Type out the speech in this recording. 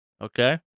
Okay